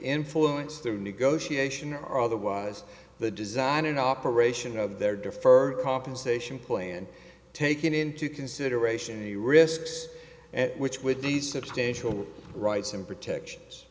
influence their negotiation or otherwise the design an operation of their defer compensation plan taking into consideration the risks which with these substantial rights and protections